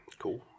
cool